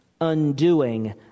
undoing